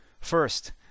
First